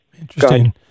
Interesting